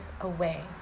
away